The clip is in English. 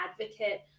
advocate